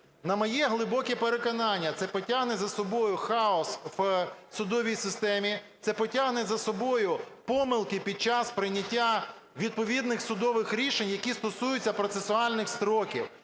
На моє глибоке переконання, це потягне за собою хаос в судовій системі, це потягне за собою помилки під час прийняття відповідних судових рішень, які стосуються процесуальних строків.